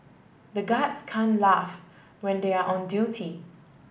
the guards can laugh when they are on duty